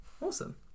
Awesome